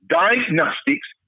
diagnostics